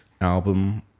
album